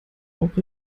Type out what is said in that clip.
auch